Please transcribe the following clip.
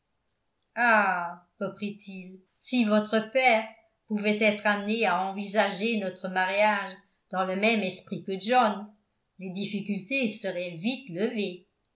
ah reprit-il si votre père pouvait être amené à envisager notre mariage dans le même esprit que john les difficultés seraient vite levées